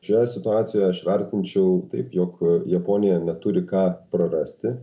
šioje situacijoje aš vertinčiau taip jog japonija neturi ką prarasti